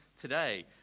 today